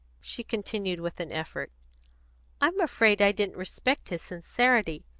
she continued with an effort i'm afraid i didn't respect his sincerity,